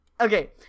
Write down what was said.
okay